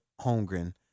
Holmgren